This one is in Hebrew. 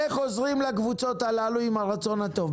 איך עוזרים לקבוצות הללו עם הרצון הטוב?